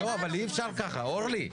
מפגע בריאותי,